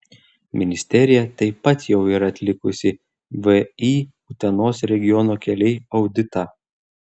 ministerija taip pat jau yra atlikusi vį utenos regiono keliai auditą